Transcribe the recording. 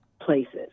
places